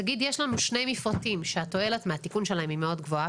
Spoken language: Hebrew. תגיד יש לנו שני מפרטים שהתועלת מהתיקון שלהם היא מאוד גבוהה.